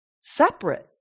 separate